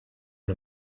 one